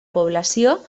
població